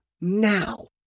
now